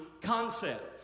concept